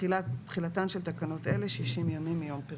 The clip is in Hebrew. תחילה 3. תחילתן של תקנות אלה 60 ימים מיום פרסומן."